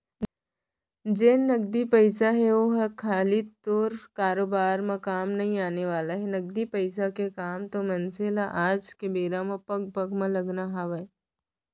जेन नगदी पइसा हे ओहर खाली तोर कारोबार म ही काम नइ आने वाला हे, नगदी पइसा के काम तो मनसे ल आज के बेरा म पग पग म लगना हवय